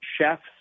chefs